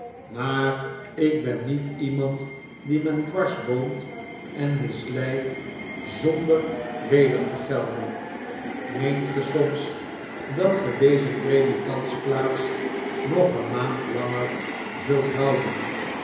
maar ik ben niet iemand die men dwarsboorat en misleidt zonder wedervergelding meent ge soms dat ge deze predikantsplaats nog een maand langer zult houden